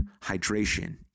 hydration